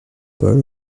paul